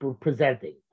presenting